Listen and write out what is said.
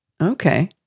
okay